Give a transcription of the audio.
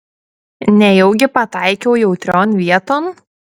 nejaugi pataikiau jautrion vieton